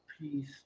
peace